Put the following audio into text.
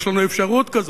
יש לנו אפשרות כזו.